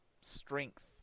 strength